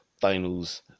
finals